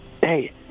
hey